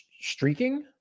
streaking